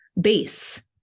base